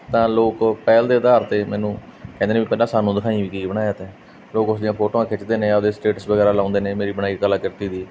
ਤਾਂ ਲੋਕ ਪਹਿਲ ਦੇ ਅਧਾਰ 'ਤੇ ਮੈਨੂੰ ਕਹਿੰਦੇ ਨੇ ਵੀ ਪਹਿਲਾਂ ਸਾਨੂੰ ਦਿਖਾਈ ਵੀ ਕੀ ਬਣਾਇਆ ਤੈਂ ਲੋਕ ਉਸਦੀਆਂ ਫੋਟੋਆਂ ਖਿੱਚਦੇ ਨੇ ਆਪਣੇ ਸਟੇਟਸ ਵਗੈਰਾ ਲਗਾਉਂਦੇ ਨੇ ਮੇਰੀ ਬਣਾਈ ਕਲਾ ਕਿਰਤੀ ਦੀ